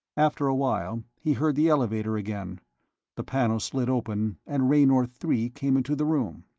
after a while he heard the elevator again the panel slid open and raynor three came into the room.